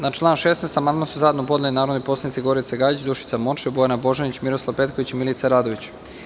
Na član 16. amandman su zajedno podneli narodni poslanici Gorica Gajić, Dušica Morčev, Bojana Božanić, Miroslav Petković i Milica Radović.